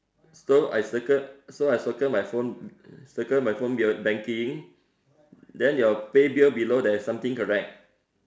so I circle so I circle my phone uh circle my phone banking then your pay bill below there is something correct